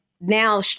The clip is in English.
Now